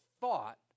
thought